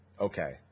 okay